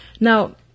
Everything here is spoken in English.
Now